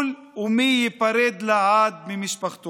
מי יזכה לטיפול ומי ייפרד לעד ממשפחתו.